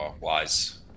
wise